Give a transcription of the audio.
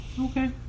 Okay